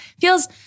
feels